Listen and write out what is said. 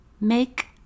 make